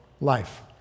life